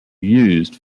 used